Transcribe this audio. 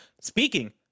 speaking